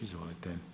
Izvolite.